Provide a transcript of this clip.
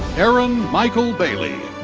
aaron michael bailey.